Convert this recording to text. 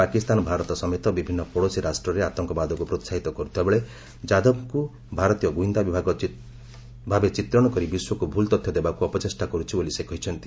ପାକିସ୍ତାନ ଭାରତ ସମେତ ବିଭିନ୍ନ ପଡ଼ୋଶୀ ରାଷ୍ଟ୍ରରେ ଆତଙ୍କବାଦକୁ ପ୍ରୋସାହିତ କରୁଥିବା ବେଳେ ଯାଦବଙ୍କୁ ଭାରତୀୟ ଗୁଇନ୍ଦା ଭାବେ ଚିତ୍ରଣ କରି ବିଶ୍ୱକୁ ଭୁଲ୍ ତଥ୍ୟ ଦେବାକୁ ଅପଚେଷ୍ଟା କରୁଛି ବୋଲି ସେ କହିଛନ୍ତି